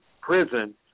prison